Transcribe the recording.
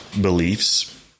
beliefs